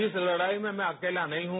इस लड़ाई में मैं अकेला नहीं हूं